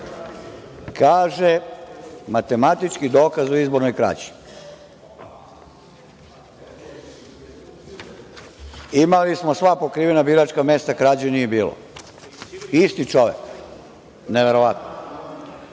– matematički dokaz u izbornoj krađi. Imali smo sva pokrivena biračka mesta, krađe nije bilo. Isti čovek, neverovatno. Broj